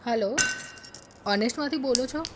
hello ઓનેસ્ટમાંથી બોલો છો